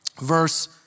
verse